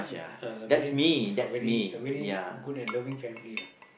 a very a very a very good and loving family lah